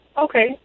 okay